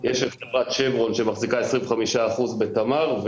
יש את חברת שברון שמחזיקה 25% בתמר,